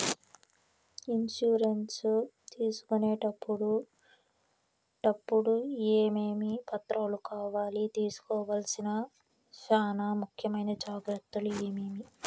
Insurance తీసుకునేటప్పుడు టప్పుడు ఏమేమి పత్రాలు కావాలి? తీసుకోవాల్సిన చానా ముఖ్యమైన జాగ్రత్తలు ఏమేమి?